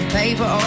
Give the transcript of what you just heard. paper